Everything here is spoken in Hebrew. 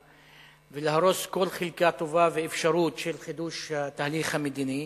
ולהרוס כל חלקה טובה ואפשרות של חידוש התהליך המדיני.